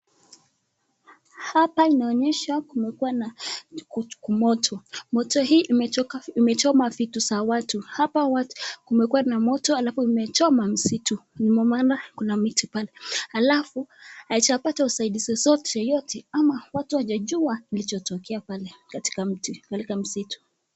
Hapa inaonyesha kuwa kumekuwa na kumoto. Moto hii imechoma vitu za watu. Hapa watu kumekuwa na moto halafu imechoma msitu ndio maana kuna miti pale halafu haijapata usaidizi yoyote ama watu hawajajua kilichotokea pale katika msitu.